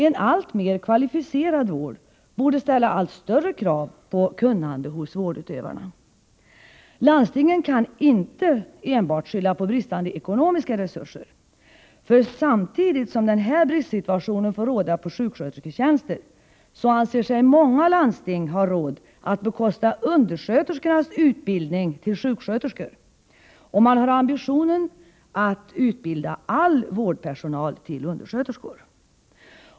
En alltmer kvalificerad vård borde ställa allt större krav på kunnande hos vårdutövarna. Landstingen kan inte enbart skylla på bristande ekonomiska resurser, för samtidigt som den här bristsituationen får råda när det gäller sjukskötersketjänster anser sig många landsting ha råd att bekosta undersköterskornas utbildning till sjuksköterskor, och man har ambitionen att utbilda all vårdpersonal till undersköterskor.